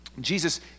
Jesus